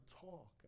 talk